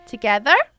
Together